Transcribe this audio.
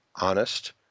honest